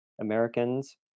Americans